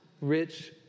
rich